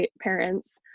parents